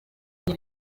njya